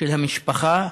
של המשפחה,